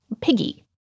piggy